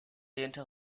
lehnte